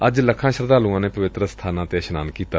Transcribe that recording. ਅੱਜ ਲੱਖਾਂ ਸ਼ਰਧਾਲੁਆਂ ਨੇ ਪਵਿੱਤਰ ਅਸਬਾਨਾਂ ਤੇ ਇਸ਼ਨਾਨ ਕੀਤਾ